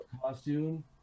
costume